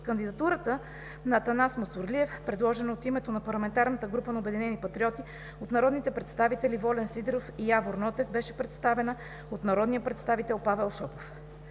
Кандидатурата на Атанас Мусорлиев, предложена от името на парламентарната група на „Обединени патриоти“ от народните представители Волен Сидеров и Явор Нотев, беше представена от народния представител Павел Шопов.